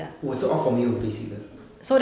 我是 opt for 没有 basic 的